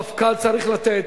המפכ"ל צריך לתת,